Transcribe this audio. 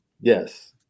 Yes